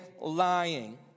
lying